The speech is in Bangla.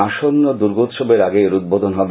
আসন্ন দুর্গোৎসবের আগে এর উদ্বোধন হবে